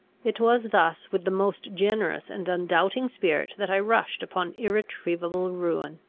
it was thus, with the most generous and undoubting spirit, that i rushed upon irretrievable ruin.